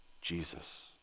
Jesus